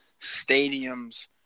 stadiums